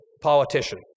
politician